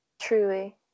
Truly